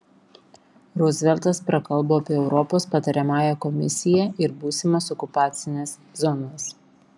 ruzveltas prakalbo apie europos patariamąją komisiją ir būsimas okupacines zonas